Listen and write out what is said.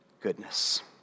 goodness